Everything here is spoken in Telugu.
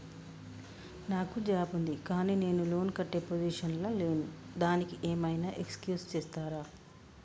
నాకు జాబ్ ఉంది కానీ నేను లోన్ కట్టే పొజిషన్ లా లేను దానికి ఏం ఐనా ఎక్స్క్యూజ్ చేస్తరా?